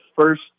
first